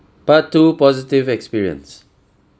part two positive experience